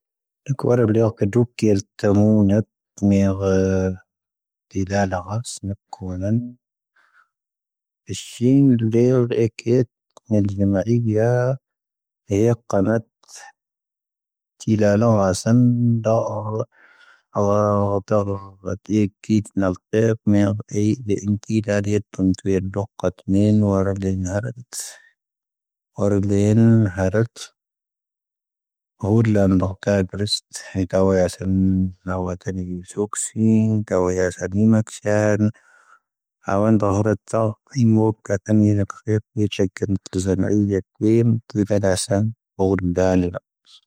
ⴰⴽⴱⵔ ⴱⵍⴰⴽ ⴰⵍⴷⴽⵢ ⴰⵍⵜⵎⵡⵏⵜ ⵎⵖⵍⵇⵜ ⵍⵄⵚⵎⵏⴰ ⴱⴽⵡⵍⴰⵏ. ⴰⵍⵛⵢⵄ ⴰⵍⵍⵢⵍ ⵔⴰⵢⴽ ⴰⵢⴹⴰ ⵊⵎⴰⵄⵢⵜ ⴰⵇⵎⵜ ⵜⵢⵍⵜ ⵍⵄⵚⵎ ⴷⴰⵔ. ⵡⴰⵍⵟⵔⵇ ⴰⴽⵢⴷ ⵏⵍⵇⵢ ⴰⴽⵢⴷ ⴰⵏⵜⵢⵍⵜ ⵍⵜⵏⵜⵀⵢ ⴰⵍⴷⵇⵜ ⵎⵏ ⵡⵔⴱ ⵍⵏⵀⵔⵜ.